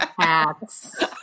cats